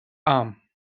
arm